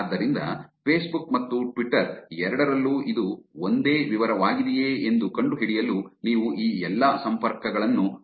ಆದ್ದರಿಂದ ಫೇಸ್ಬುಕ್ ಮತ್ತು ಟ್ವಿಟರ್ ಎರಡರಲ್ಲೂ ಇದು ಒಂದೇ ವಿವರವಾಗಿದೆಯೇ ಎಂದು ಕಂಡುಹಿಡಿಯಲು ನೀವು ಈ ಎಲ್ಲಾ ಸಂಪರ್ಕಗಳನ್ನು ಮಾಡಬಹುದು